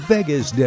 Vegas